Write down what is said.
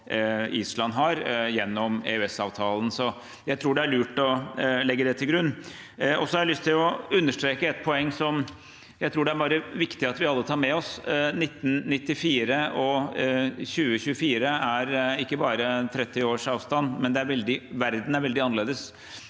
Island har gjennom EØS-avtalen. Så jeg tror det er lurt å legge det til grunn. Så har jeg lyst til å understreke et poeng som jeg tror det er viktig at vi alle tar med oss. 1994 og 2024 er ikke bare 30 års avstand, men verden er veldig annerledes.